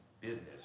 business